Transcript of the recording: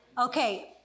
Okay